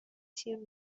تیم